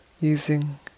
using